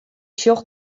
sjoch